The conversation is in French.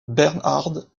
bernhard